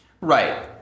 Right